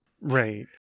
Right